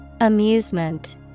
Amusement